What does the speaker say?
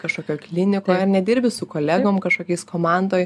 kažkokioj klinikoj ar ne dirbi su kolegom kažkokiais komandoj